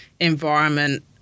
environment